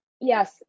yes